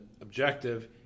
objective